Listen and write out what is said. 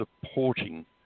supporting